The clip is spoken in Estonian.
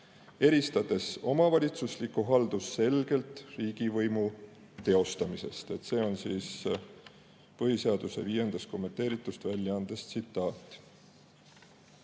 eristades omavalitsuslikku haldust selgelt riigivõimu teostamisest." See on tsitaat põhiseaduse viiendast kommenteeritud väljaandest.